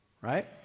Right